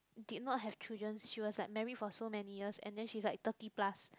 did not have children's she was like married for so many years and then she was like thirty plus